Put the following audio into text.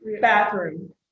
bathroom